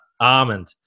Almond